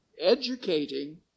educating